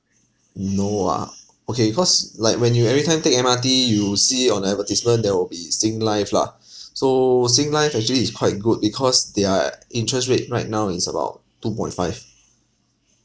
no ah okay cause like when you every time take M_R_T you will see on the advertisement there will be singlife lah so singlife actually is quite good because their interest rate right now is about two point five